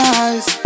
eyes